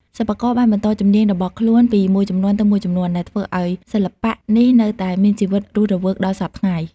សិប្បករបានបន្តជំនាញរបស់ខ្លួនពីមួយជំនាន់ទៅមួយជំនាន់ ដែលធ្វើឱ្យសិល្បៈនេះនៅតែមានជីវិតរស់រវើកដល់សព្វថ្ងៃ។